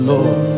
Lord